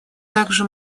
также